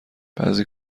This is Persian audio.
بعضی